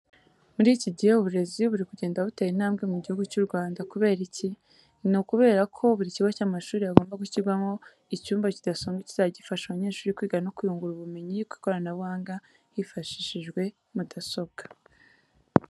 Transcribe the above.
Muri iki gihe, uburezi buri kugenda butera intambwe mu Gihugu cy'u Rwanda, kubera iki? Ni ukubera ko buri kigo cy'amashuri, hagomba gushyirwaho icyumba kidasanzwe kizajya gifasha abanyeshuri kwiga no kwiyungura ubumenyi ku ikoranabuhanga hifashishijwe mudasobwa.